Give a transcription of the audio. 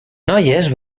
noies